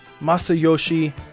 Masayoshi